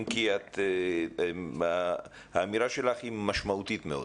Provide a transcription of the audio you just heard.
אם כי האמירה שלך משמעותית מאוד.